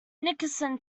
nickerson